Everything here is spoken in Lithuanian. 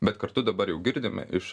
bet kartu dabar jau girdim iš